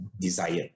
desire